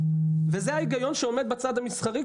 זה ההיגיון שעומד בצד המסחרי,